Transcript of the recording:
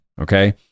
okay